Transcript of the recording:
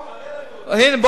תראה לנו אותו.